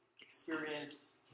experience